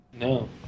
No